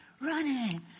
running